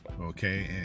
Okay